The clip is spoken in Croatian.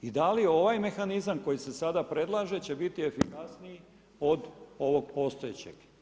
I da li ovaj mehanizam koji se sada predlaže će biti efikasniji od ovog postojećeg.